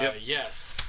Yes